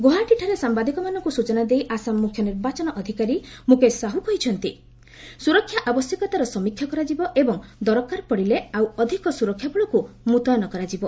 ଗୌହାଟୀଠାରେ ସାମ୍ବାଦିକମାନଙ୍କୁ ସୂଚନା ଦେଇ ଆସାମ ମୁଖ୍ୟ ନିର୍ବାଚନ ଅଧିକାରୀ ମୁକେଶ ସାହୁ କହିଛନ୍ତି ସୁରକ୍ଷା ଆବଶ୍ୟକତାର ସମୀକ୍ଷା କରାଯିବ ଏବଂ ଦରକାର ପଡ଼ିଲେ ଆଉ ଅଧିକ ସୁରକ୍ଷାବଳକୁ ମୁତୟନ କରାଯିବ